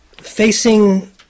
facing